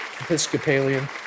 Episcopalian